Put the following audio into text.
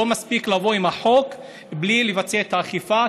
לא מספיק לבוא עם החוק בלי לבצע את האכיפה,